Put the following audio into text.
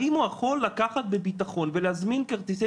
האם הוא יכול לקחת בביטחון ולהזמין כרטיסי